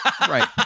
Right